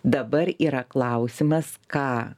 dabar yra klausimas ką